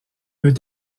veut